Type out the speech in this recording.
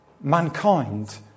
mankind